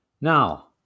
Now